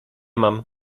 mam